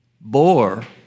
bore